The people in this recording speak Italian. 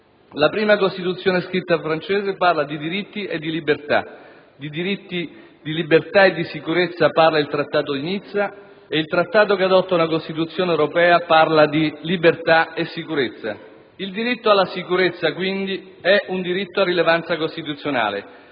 La prima Costituzione scritta francese parla di libertà e sicurezza; di diritti di libertà e sicurezza parla il Trattato di Nizza ed il Trattato che adotta una Costituzione europea. Il diritto alla sicurezza quindi è un diritto a rilevanza costituzionale,